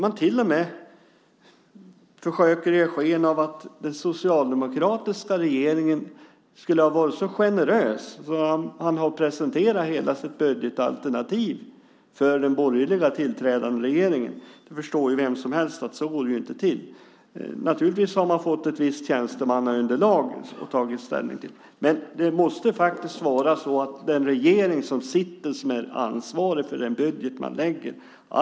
Man till och med försöker ge sken av att den socialdemokratiska regeringen skulle ha varit så generös att den har presenterat hela sitt budgetalternativ för den tillträdande borgerliga regeringen. Det förstår vem som helst att så går det inte till. Naturligtvis har man fått ett visst tjänstemannaunderlag att ta ställning till. Men det måste faktiskt vara så att den regering som sitter är ansvarig för den budget man lägger fram.